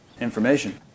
information